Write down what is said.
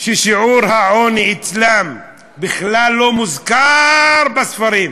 ששיעור העוני אצלם בכלל לא מוזכר בספרים,